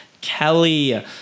Kelly